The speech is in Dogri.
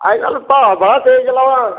अज्जकल भाऽ बड़ा तेज चला दा